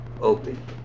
open